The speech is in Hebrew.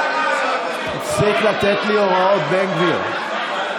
תפסיק לתת לי הוראות, בן גביר.